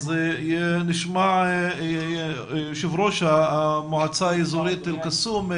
אז נשמע את יו"ר המועצה האזורית אל קסום.